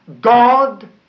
God